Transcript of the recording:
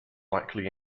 likely